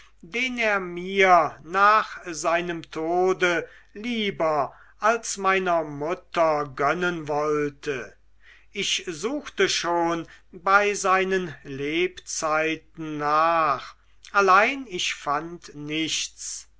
den er mir nach seinem tode lieber als meiner mutter gönnen wollte ich suchte schon bei seinen lebzeiten nach allein ich fand nichts